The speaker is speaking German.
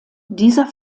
dieser